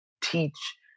teach